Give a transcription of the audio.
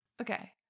Okay